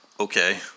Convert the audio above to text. okay